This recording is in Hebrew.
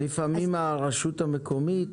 לפעמים הרשות המקומית